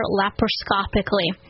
laparoscopically